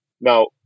Now